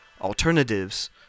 alternatives